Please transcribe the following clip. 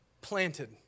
planted